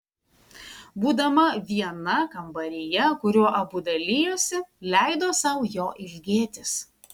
būdama viena kambaryje kuriuo abu dalijosi leido sau jo ilgėtis